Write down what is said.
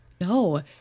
No